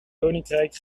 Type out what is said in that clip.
koninkrijk